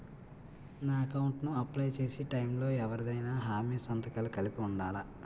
నా అకౌంట్ ను అప్లై చేసి టైం లో ఎవరిదైనా హామీ సంతకాలు కలిపి ఉండలా?